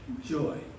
joy